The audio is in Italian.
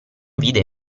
vide